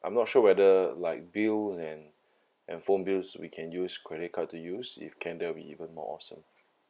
I'm not sure whether like bills and and phone bills we can use credit card to use if can that'll be even more awesome